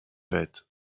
fête